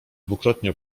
dwukrotnie